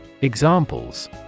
Examples